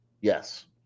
Yes